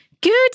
Good